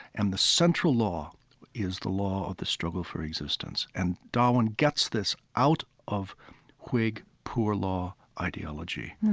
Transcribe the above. and the central law is the law of the struggle for existence, and darwin gets this out of whig poor law ideology,